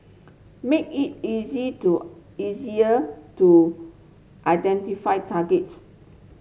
make it easy to easier to identify targets